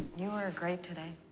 you ah were great today.